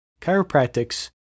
chiropractics